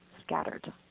scattered